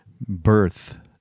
Birth